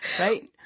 right